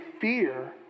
fear